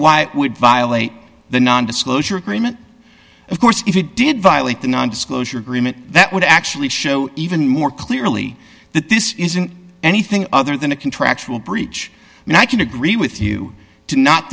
it would violate the nondisclosure agreement of course if it did violate the nondisclosure agreement that would actually show even more clearly that this is anything other than a contractual breach and i can agree with you to not